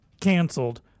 canceled